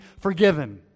forgiven